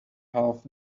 half